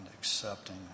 accepting